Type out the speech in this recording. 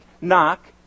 knock